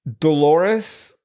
Dolores